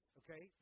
okay